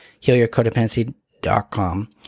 healyourcodependency.com